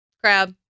crab